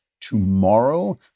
tomorrow